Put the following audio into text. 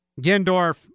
Gendorf